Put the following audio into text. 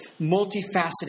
multifaceted